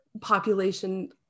population